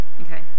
Okay